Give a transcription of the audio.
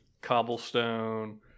cobblestone